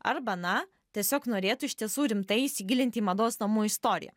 arba na tiesiog norėtų iš tiesų rimtai įsigilinti į mados namų istoriją